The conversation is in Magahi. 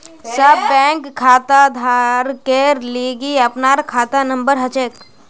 सब बैंक खाताधारकेर लिगी अपनार खाता नंबर हछेक